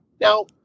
Now